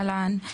אהלן.